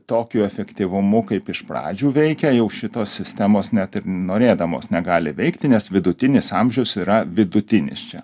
tokiu efektyvumu kaip iš pradžių veikė jau šitos sistemos net ir norėdamos negali veikti nes vidutinis amžius yra vidutinis čia